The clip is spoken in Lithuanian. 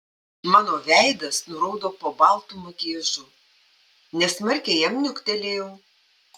mano veidas nuraudo po baltu makiažu nesmarkiai jam niuktelėjau